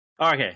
Okay